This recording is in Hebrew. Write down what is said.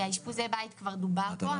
על בסיס קו המגמה שאתם רואים פה.